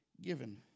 given